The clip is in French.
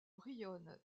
rione